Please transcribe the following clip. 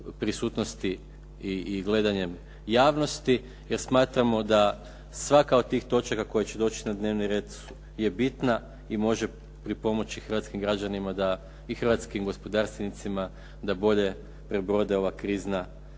prisutnosti i gledanjem javnosti, jer smatramo da svaka od tih točaka koja će doći na dnevni red je bitna i može pripomoći hrvatskim građanima i hrvatskim gospodarstvenicima da bolje prebrode ova krizna